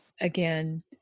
Again